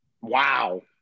Wow